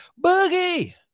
Boogie